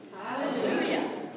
Hallelujah